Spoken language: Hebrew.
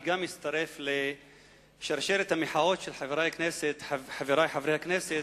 גם אני מצטרף לשרשרת המחאות של חברי חברי הכנסת